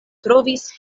trovis